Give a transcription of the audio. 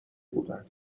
بودن